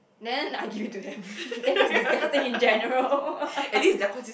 then I give it to them that's just disgusting in general